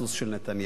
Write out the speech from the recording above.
הסוס של נתניהו".